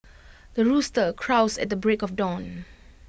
the rooster crows at the break of dawn